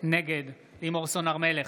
נגד גילה גמליאל,